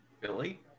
Billy